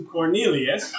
Cornelius